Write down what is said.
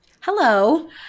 Hello